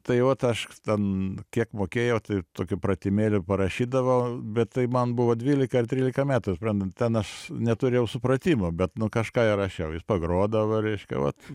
tai vat aš ten kiek mokėjau tai tokių pratimėlių parašydavau bet tai man buvo dvylika ar trylika metų suprantat ten aš neturėjau supratimo bet nu kažką įrašiau jis pagrodavo reiškia vat